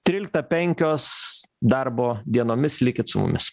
tryliktą penkios darbo dienomis likit su mumis